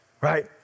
right